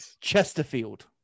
Chesterfield